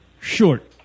Short